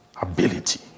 ability